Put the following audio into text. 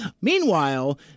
Meanwhile